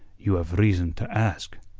you have reason to ask,